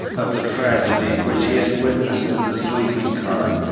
of the tragedy which he had witnessed in the sleeping-car,